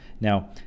Now